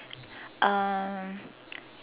um